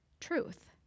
truth